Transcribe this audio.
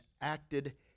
acted